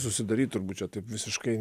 susidaryt turbūt čia taip visiškai